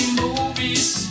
movies